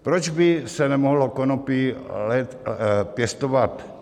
Proč by se nemohlo konopí pěstovat?